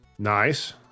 Nice